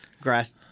grass